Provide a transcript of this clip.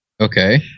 Okay